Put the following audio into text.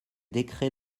décrets